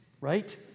right